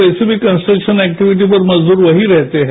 वैसे भी construction activities पर मजदूर वहीं रहते हैं